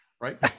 Right